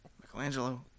Michelangelo